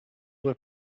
were